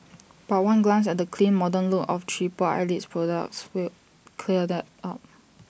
but one glance at the clean modern look of triple Eyelid's products will clear that up